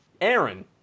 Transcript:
Aaron